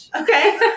Okay